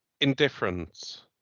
Indifference